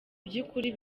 by’ukuri